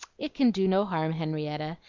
it can do no harm, henrietta.